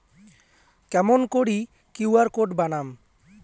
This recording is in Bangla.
কেমন করি কিউ.আর কোড বানাম?